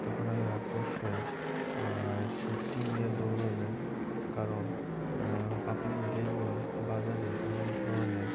তখন আপনি অবশ্যই সেফটি নিয়ে দৌড়াবেন কারণ আপনি দেখবেন বাজারে অনেক ধরনের